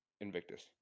Invictus